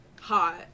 hot